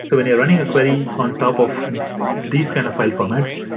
so when you are running a query on top of these kind of file formats,